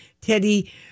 Teddy